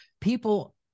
People